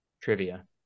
Trivia